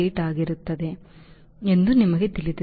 8 ಆಗಿರುತ್ತದೆ ಎಂದು ನಿಮಗೆ ತಿಳಿದಿದೆ